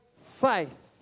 faith